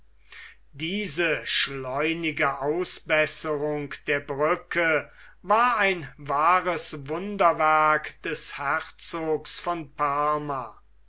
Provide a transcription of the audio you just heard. diese schleunige ausbesserung der brücke war ein wahres wunderwerk des herzogs von parma